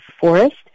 forest